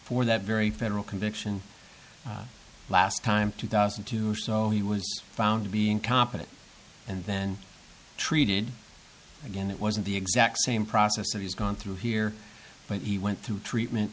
for that very federal conviction last time two thousand and two so he was found being competent and then treated again it wasn't the exact same process that he's gone through here but he went through treatment